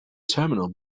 terminal